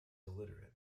illiterate